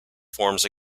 forms